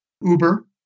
uber